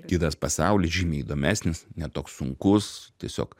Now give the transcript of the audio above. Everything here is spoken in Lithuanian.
kitas pasaulis žymiai įdomesnis ne toks sunkus tiesiog